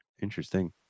Interesting